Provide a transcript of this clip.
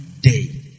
day